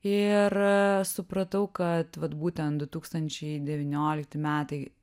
ir supratau kad vat būtent du tūkstančiai devyniolikti metai